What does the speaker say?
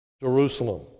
Jerusalem